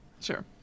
Sure